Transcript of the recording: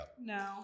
no